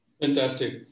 Fantastic